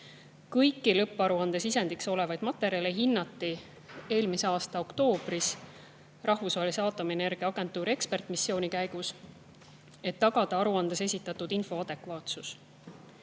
Kõiki lõpparuande sisendiks olevaid materjale hinnati eelmise aasta oktoobris Rahvusvahelise Aatomienergiaagentuuri ekspertmissiooni käigus, et tagada aruandes esitatud info adekvaatsus.